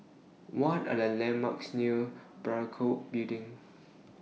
What Are The landmarks near Parakou Building